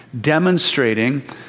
demonstrating